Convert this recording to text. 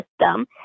system